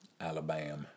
Alabama